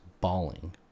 bawling